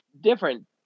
different